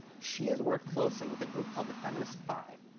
she has worked closely with a group called the feminist five,